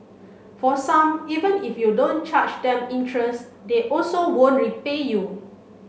for some even if you don't charge them interest they also won't repay you